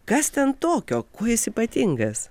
kas ten tokio kuo jis ypatingas